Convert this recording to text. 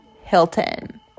hilton